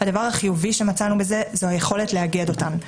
הדבר החיובי שמצאנו בזה זו היכולת לאגד אותן,